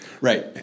Right